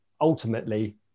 ultimately